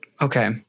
Okay